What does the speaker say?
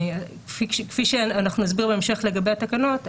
כפי שאנחנו נסביר בהמשך לגבי התקנות,